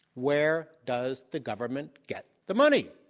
where does the government get the money?